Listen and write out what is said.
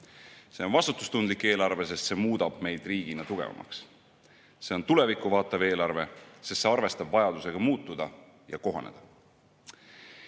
See on vastutustundlik eelarve, sest see muudab meid riigina tugevamaks. See on tulevikku vaatav eelarve, sest see arvestab vajadusega muutuda ja kohaneda. Selle